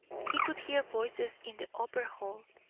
he could hear voices in the upper hall,